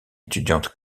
étudiante